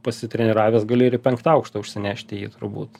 pasitreniravęs gali ir į penktą aukštą užsinešti jį turbūt